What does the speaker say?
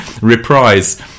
reprise